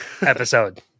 episode